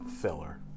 filler